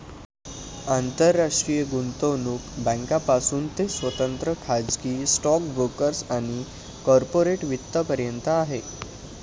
आंतरराष्ट्रीय गुंतवणूक बँकांपासून ते स्वतंत्र खाजगी स्टॉक ब्रोकर्स आणि कॉर्पोरेट वित्त पर्यंत आहे